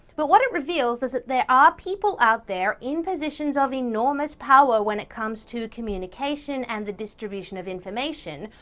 but what it reveals is that there are people out there in positions of enormous power when it comes to communication and the distribution of information,